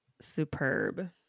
superb